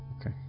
Okay